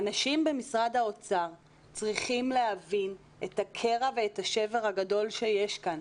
האנשים במשרד האוצר צריכים להבין את הקרע ואת השבר הגדול שיש כאן.